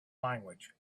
language